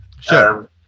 sure